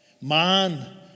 Man